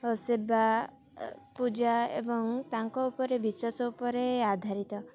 ଓ ସେବା ପୂଜା ଏବଂ ତାଙ୍କ ଉପରେ ବିଶ୍ୱାସ ଉପରେ ଆଧାରିତ